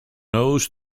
nose